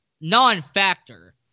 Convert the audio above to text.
non-factor